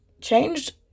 changed